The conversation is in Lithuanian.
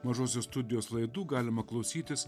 mažosios studijos laidu galima klausytis